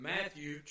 Matthew